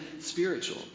spiritual